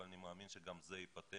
אבל אני מאמין שגם זה ייפתר,